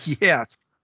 yes